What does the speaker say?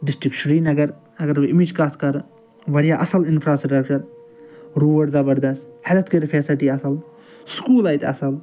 district Srinagar اَگر بہٕ أمِچ کَتھ کَرٕ واریاہ اصٕل اِنفرٛاسِٹرَکچَر روڈ زبردَست ہیٚلٕتھ کیر فیسلٹی اصٕل سُکوٗل اَتہِ اصٕل